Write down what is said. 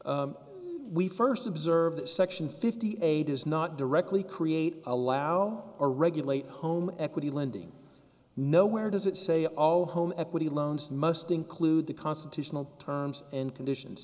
follow we first observe that section fifty eight is not directly create allow or regulate home equity lending nowhere does it say all home equity loans must include the constitutional terms and conditions